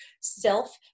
self